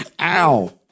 Ow